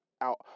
out